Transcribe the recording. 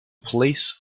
place